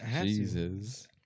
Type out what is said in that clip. Jesus